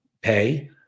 pay